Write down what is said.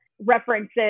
references